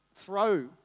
throw